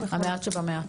המעט שבמעט.